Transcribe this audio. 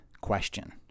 question